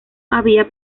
había